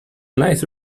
nice